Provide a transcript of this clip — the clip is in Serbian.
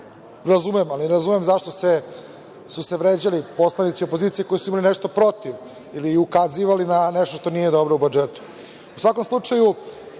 razumem, ali ne razumem zašto su se vređali poslanici opozicije koji su imali nešto protiv ili ukazivali na nešto što nije dobro u budžetu.U